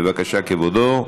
בבקשה, כבודו.